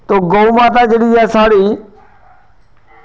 तो गौ माता ऐ जेह्ड़ी साढ़ी